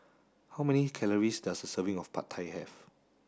how many calories does a serving of Pad Thai have